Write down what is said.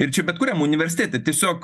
ir čia bet kuriam universitete tiesiog